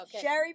Sherry